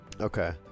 Okay